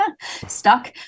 stuck